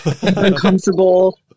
uncomfortable